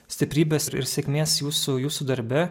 stiprybės ir sėkmės jūsų jūsų darbe